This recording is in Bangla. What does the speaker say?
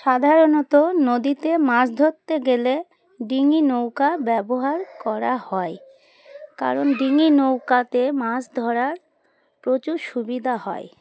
সাধারণত নদীতে মাছ ধরতে গেলে ডিঙি নৌকা ব্যবহার করা হয় কারণ ডিঙি নৌকাতে মাছ ধরার প্রচুর সুবিধা হয়